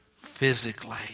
physically